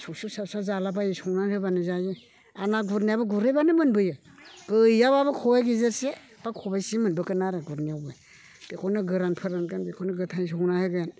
सुबसुब साब साब जाला बायो संनानै होबानो जायो आरो ना गुरनायाबो गुरहैबानो मोनबोयो गैयाबाबो खबाइ गेजेरसे बा खबाइसे मोनबोगोन आरो गुरनायावबो बेखौनो गोरान फोरानगोन बेखौनो गोथाङै संनानै होगोन